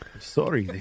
sorry